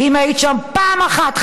כי אם היית שם פעם אחת,